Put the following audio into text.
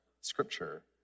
scripture